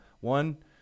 One